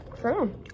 Sure